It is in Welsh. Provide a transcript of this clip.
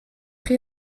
chi